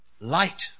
light